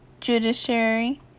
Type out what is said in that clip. judiciary